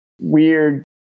weird